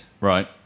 Right